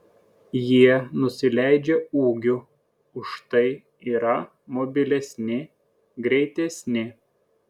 jie nusileidžia ūgiu užtai yra mobilesni greitesni